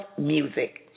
music